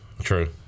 True